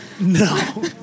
No